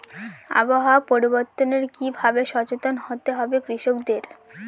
আবহাওয়া পরিবর্তনের কি ভাবে সচেতন হতে হবে কৃষকদের?